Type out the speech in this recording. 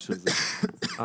היום ה-23 ביוני 2022,